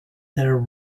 their